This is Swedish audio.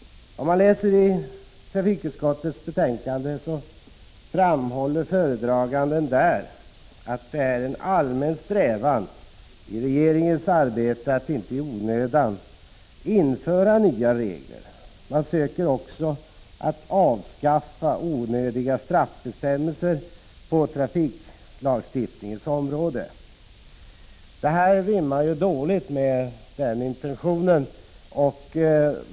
; Om man läser i trafikutskottets betänkande, finner man att föredraganden framhåller att det i regeringens arbete är en allmän strävan att inte i onödan införa nya regler. Man söker också att avskaffa onödiga straffbestämmelser på trafiklagstiftningens område. Det nu föreliggande förslaget rimmar ju dåligt med den intentionen.